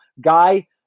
Guy